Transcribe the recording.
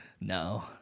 no